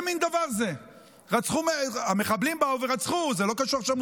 עומד ברמאללה ונואם ככה באולם?